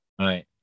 Right